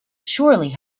surely